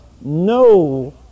no